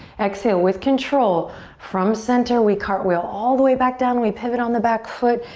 exhale with control from center we cartwheel all the way back down. we pivot on the back foot.